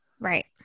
Right